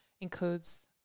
includes